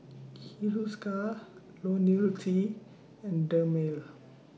Hiruscar Ionil T and Dermale